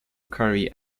carrie